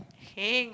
heng